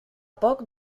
poc